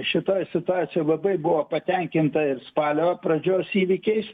šitoj situacijoj labai buvo patenkinta ir spalio pradžios įvykiais